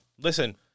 listen